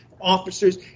officers